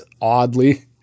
oddly –